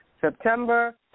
September